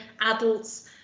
adults